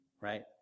right